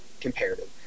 comparative